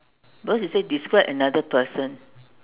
because you say describe another person